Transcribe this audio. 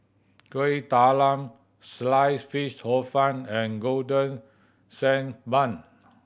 Kuih Talam slice fish Hor Fun and Golden Sand Bun